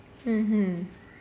mmhmm